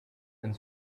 and